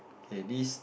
K this